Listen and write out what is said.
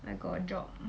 I got a job